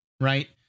Right